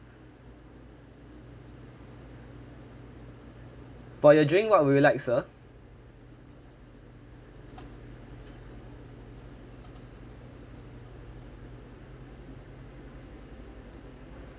for your drink what would you like sir